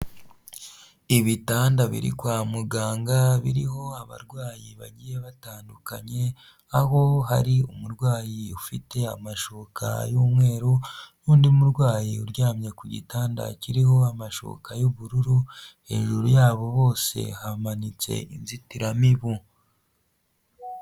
Ibitanda biri kwa muganga biriho abarwayi bagiye batandukanye, aho hari umurwayi ufite amashuka y'umweru, n'undi murwayi uryamye ku gitanda kiriho amashuka y'ubururu, hejuru yabo bose hamanitse inzitiramibu.